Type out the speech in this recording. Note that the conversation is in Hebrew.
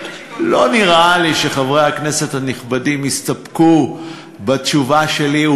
לא נראה לי שחברי הכנסת הנכבדים יסתפקו בתשובה שלי,